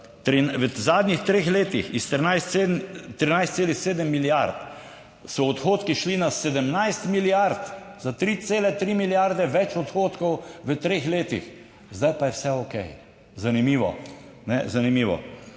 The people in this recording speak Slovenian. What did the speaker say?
v zadnjih treh letih, iz 13 13,7 milijard so odhodki šli na 17 milijard, za 3,3 milijarde več odhodkov v treh letih, zdaj pa je vse okej. Zanimivo?